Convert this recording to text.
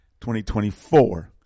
2024